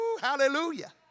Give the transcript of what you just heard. Hallelujah